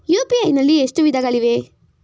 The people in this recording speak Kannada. ಯು.ಪಿ.ಐ ನಲ್ಲಿ ಎಷ್ಟು ವಿಧಗಳಿವೆ?